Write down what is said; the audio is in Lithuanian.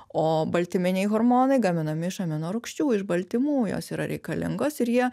o baltyminiai hormonai gaminami iš amino rūgščių iš baltymų jos yra reikalingos ir jie